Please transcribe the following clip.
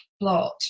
plot